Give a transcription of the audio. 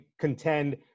contend